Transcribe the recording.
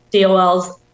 DOL's